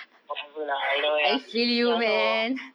whatever lah you know ya ya so